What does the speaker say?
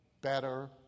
better